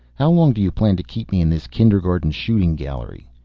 how long do you plan to keep me in this kindergarten shooting gallery?